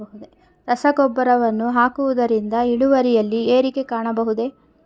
ರಸಗೊಬ್ಬರವನ್ನು ಹಾಕುವುದರಿಂದ ಇಳುವರಿಯಲ್ಲಿ ಏರಿಕೆ ಕಾಣಬಹುದೇ?